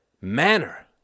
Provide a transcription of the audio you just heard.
manner